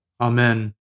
Amen